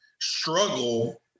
struggle